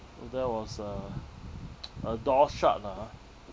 uh that was a a door shut lah ah